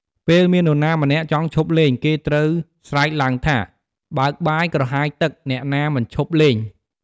ពេលមាននរណាម្នាក់ចង់ឈប់លេង គេត្រូវស្រែកឡើងថា "បើកបាយ ក្រហាយទឹក អ្នកណាមិនឈប់លេង"។